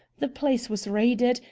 the place was raided,